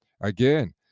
Again